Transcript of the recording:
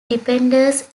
defenders